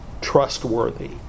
trustworthy